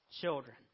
children